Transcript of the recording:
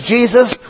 Jesus